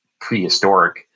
prehistoric